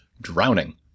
drowning